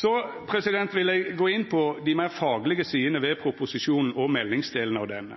Så vil eg gå inn på dei meir faglege sidene ved proposisjonen og meldingsdelen av han.